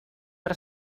per